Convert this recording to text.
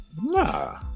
Nah